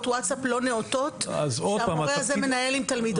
ווטסאפ לא נאותות שהמורה הזה מנהל עם תלמידות.